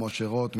משה רוט,